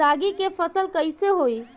रागी के फसल कईसे होई?